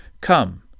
Come